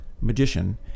magician